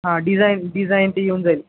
हा design design ते येऊन जाईल